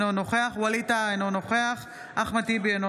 אינו נוכח אימאן ח'טיב יאסין,